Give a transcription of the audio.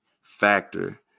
factor